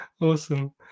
awesome